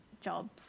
jobs